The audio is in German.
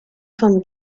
von